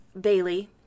Bailey